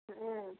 ம்